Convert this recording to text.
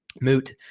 moot